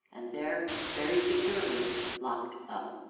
and there very securely locked up.